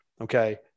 Okay